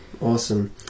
Awesome